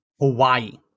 Hawaii